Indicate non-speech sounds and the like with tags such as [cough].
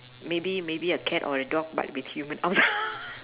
maybe maybe a cat or a dog but with human arms [laughs]